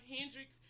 Hendrix